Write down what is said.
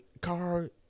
car